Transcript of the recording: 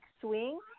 Swing